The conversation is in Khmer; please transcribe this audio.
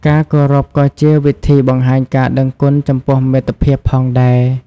ការគោរពក៏ជាវិធីបង្ហាញការដឹងគុណចំពោះមិត្តភាពផងដែរ។